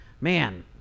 man